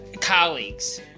colleagues